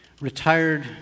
retired